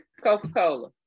Coca-Cola